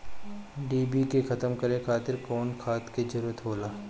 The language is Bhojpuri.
डिभी के खत्म करे खातीर कउन खाद के जरूरत होला?